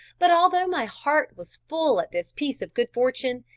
but although my heart was full at this piece of good fortune,